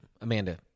Amanda